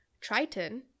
triton